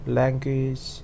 language